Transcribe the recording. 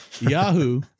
Yahoo